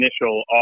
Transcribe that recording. initial